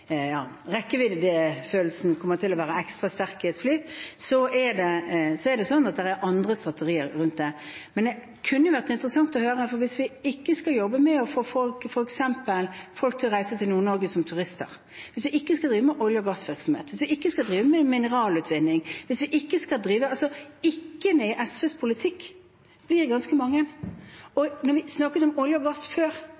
kommer til å være ekstra sterk i et elfly, er det sånn at det er andre strategier rundt det. Det kunne vært interessant å høre, for hvis vi ikke skal jobbe med f.eks. å få folk til å reise til Nord-Norge som turister, hvis vi ikke skal drive med olje- og gassvirksomhet, hvis vi ikke skal drive med mineralutvinning – «ikke-ne» i SVs politikk blir ganske mange, og da vi snakket om olje og gass før , var svaret alltid at da skulle folk i